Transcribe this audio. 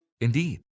Indeed